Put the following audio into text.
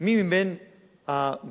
מי מבין הקבוצות